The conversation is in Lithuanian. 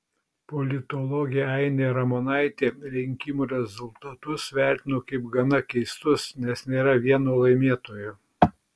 politologė ainė ramonaitė rinkimų rezultatus vertino kaip gana keistus nes nėra vieno laimėtojo